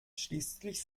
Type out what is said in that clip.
schließlich